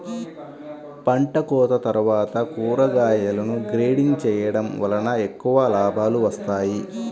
పంటకోత తర్వాత కూరగాయలను గ్రేడింగ్ చేయడం వలన ఎక్కువ లాభాలు వస్తాయి